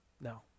No